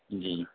جی